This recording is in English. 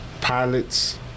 pilots